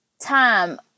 time